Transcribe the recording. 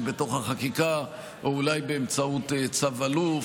בתוך החקיקה או אולי באמצעות צו אלוף.